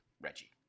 reggie